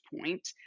point